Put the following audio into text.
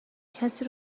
کسی